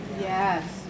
Yes